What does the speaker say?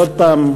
ועוד פעם,